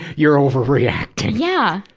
you're overreacting? yeah.